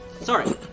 Sorry